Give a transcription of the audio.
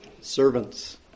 servants